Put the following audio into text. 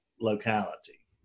locality